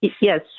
Yes